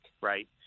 right